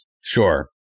Sure